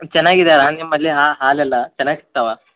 ಚೆನ್ನಾಗಿದ್ಯಾ ನಿಮ್ಮಲ್ಲಿ ಹಾಲೆಲ್ಲ ಚೆನ್ನಾಗಿ ಸಿಗ್ತಾವಾ